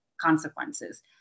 consequences